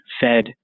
Fed